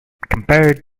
compared